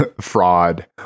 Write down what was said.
fraud